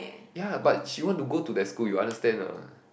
ya but she want to go to that school you understand or not